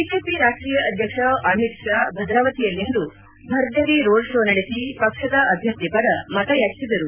BJP ರಾಷ್ಟೀಯ ಅಧ್ಯಕ್ಷ ಅಮಿತ್ ಶಾ ಭದ್ರಾವತಿಯಲ್ಲಿಂದು ಭರ್ಜರಿ ರೋಡ್ಶೋ ನಡೆಸಿ ಪಕ್ಷದ ಅಭ್ಯರ್ಥಿ ಪರ ಮತ ಯಾಚಿಸಿದರು